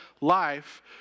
life